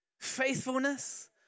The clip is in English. faithfulness